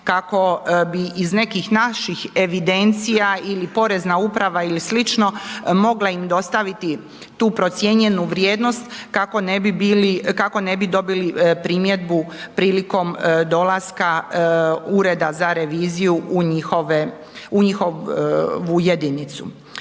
kako bi iz nekih naših evidencija ili Porezna uprava ili sl., mogla im dostaviti tu procijenjenu vrijednost kako ne bi dobili primjedbu prilikom dolaska Ureda za reviziju u njihovu jedinicu.